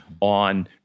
on